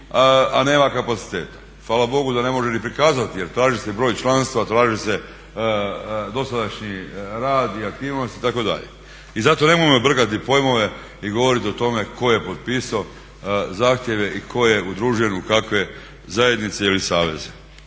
a nema kapaciteta. Hvala bogu da ne može ni prikazati jer traži se broj članstva, traži se dosadašnji rad i aktivnosti itd. I zato nemojmo brkati pojmove i govoriti o tome tko je potpisao zahtjeve i tko je udružen u kakve zajednice ili saveze.